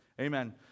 amen